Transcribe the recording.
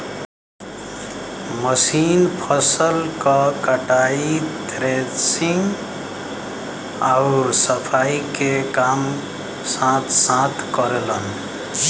machine फसल क कटाई, थ्रेशिंग आउर सफाई के काम साथ साथ करलन